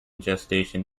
gestation